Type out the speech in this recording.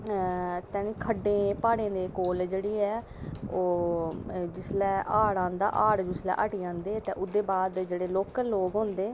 ते खड्डें प्हाड़े दे कोल जेह्ड़ी ऐ ओह् जिसलै हाड़ आंदा ते हाड़ जिसलै हटी जंदे ते ओह्दे बाद जेह्ड़े लोकल लोग होंदे